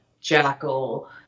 Jackal